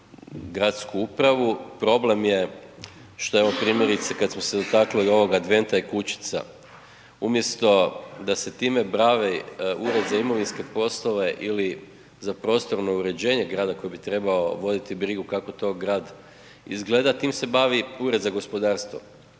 gradsku upravu. Problem je što evo primjerice kad smo se dotakli ovoga Adventa i kućica, umjesto da se time bavi ured za imovinske poslove ili za prostorno uređenje grada koji bi trebao voditi brigu kako to grad izgleda, tim se bavi ured za gospodarstvo